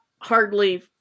hardly